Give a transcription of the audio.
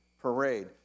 parade